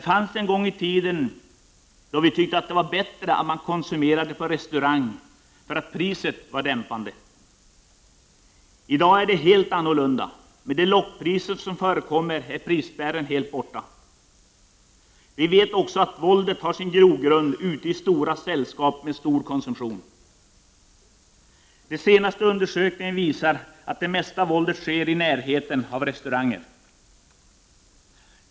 En gång i tiden tyckte vi att det var bättre att man konsumerade på restaurang därför att priset var dämpande. I dag är det helt annorlunda. Med de lockpriser som förekommer är prisspärren helt borta. Vi vet också att våldet har sin grogrund ute i stora sällskap med stor konsumtion. De senaste undersökningarna visar att det mesta våldet sker i närheten av restauranger.